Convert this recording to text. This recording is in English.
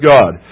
God